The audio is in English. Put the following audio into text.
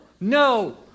no